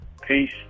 Peace